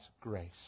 grace